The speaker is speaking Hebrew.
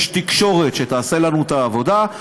יש תקשורת שתעשה לנו את העבודה,